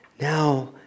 now